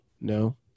no